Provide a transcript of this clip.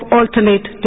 alternate